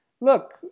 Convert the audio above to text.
look